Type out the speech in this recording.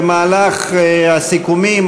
במהלך הסיכומים,